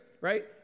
right